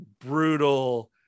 brutal